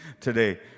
today